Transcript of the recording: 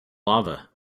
lava